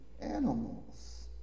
animals